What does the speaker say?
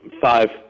five